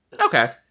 Okay